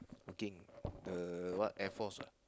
working the what Air-Force ah